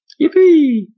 Yippee